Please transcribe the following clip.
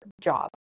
job